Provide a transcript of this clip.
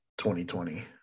2020